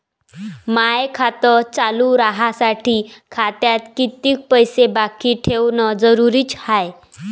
माय खातं चालू राहासाठी खात्यात कितीक पैसे बाकी ठेवणं जरुरीच हाय?